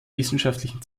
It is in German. wissenschaftlichen